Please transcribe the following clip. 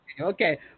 Okay